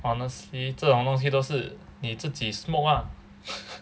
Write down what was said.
honestly 这种东西都是你自己 smoke ah